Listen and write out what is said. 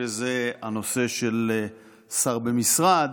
שזה הנושא של שר במשרד,